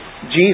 Jesus